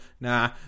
nah